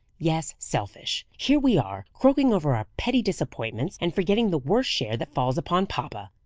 yes, selfish. here we are, croaking over our petty disappointments, and forgetting the worst share that falls upon papa.